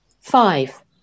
Five